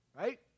Right